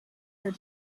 her